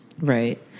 Right